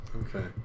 okay